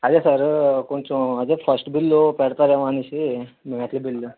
అదే సారు కొంచెం అదే ఫస్ట్ బిల్లు పెడతారేమో అనేసి మెటల్ బిల్లు